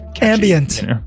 Ambient